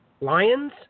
lions